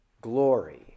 glory